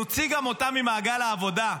נוציא גם אותם ממעגל העבודה,